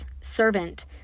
servant